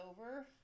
over